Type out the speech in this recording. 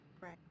Right